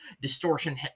distortion